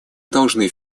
должно